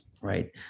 right